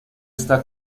está